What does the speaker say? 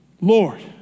Lord